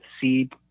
seed